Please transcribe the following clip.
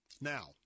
Now